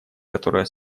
которая